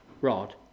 rod